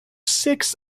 six